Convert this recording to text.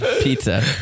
pizza